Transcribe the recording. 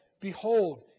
Behold